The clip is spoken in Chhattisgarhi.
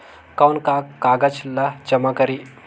कौन का कागज ला जमा करी?